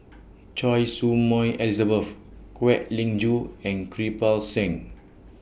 Choy Su Moi Kwek Leng Joo and Kirpal Singh